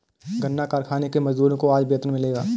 गन्ना कारखाने के मजदूरों को आज वेतन मिलेगा